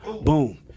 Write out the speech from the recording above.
Boom